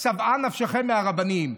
שבעה נפשכם מהרבנים.